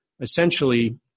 essentially